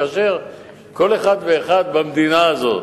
כל אחד ואחד במדינה הזאת